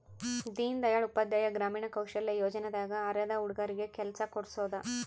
ದೀನ್ ದಯಾಳ್ ಉಪಾಧ್ಯಾಯ ಗ್ರಾಮೀಣ ಕೌಶಲ್ಯ ಯೋಜನೆ ದಾಗ ಅರೆದ ಹುಡಗರಿಗೆ ಕೆಲ್ಸ ಕೋಡ್ಸೋದ